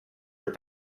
her